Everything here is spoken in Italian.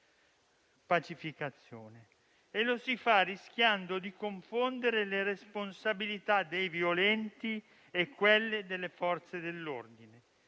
E lo si fa rischiando di confondere le responsabilità dei violenti e quelle delle Forze dell'ordine.